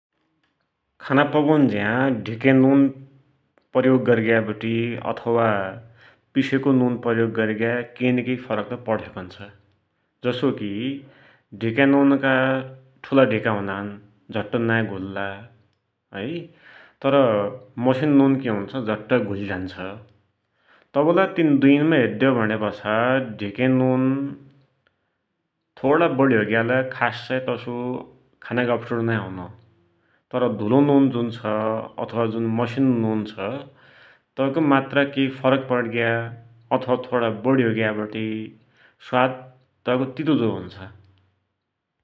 खाना पकुन्ज्या ढिके नुन प्रयोग गरिग्या वटि अथवा पिसेको नुन प्रयोग गरिग्या केइ न केइ फरत त पडिसकुन्छ, जसोकी ढिक्या नुनका ठूला ढिका हुनान्, झट्ट नाइ घुल्ला है तर मसिन नुन कि हुन्छ, झट्ट घुलिझान्छ । तवलै तिन दुइनमा हेद्यौ भुण्यापाछा ढिक्या नुन थोडा बढी होइग्यालै खास्सै तसो खानाकी अप्ठ्यारो नाइ हुनो । तर धुलो नुन जुन छ, अथवा जुन मसिनो नुन छ, तैको मात्रा केइ फरक पडिग्या अथवा थोडा बढी होइग्याबटी स्वाद तैको तितो हुन्छ ।